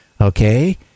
Okay